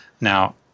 Now